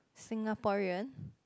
Singaporean